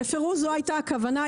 בפירוש זו הייתה הכוונה.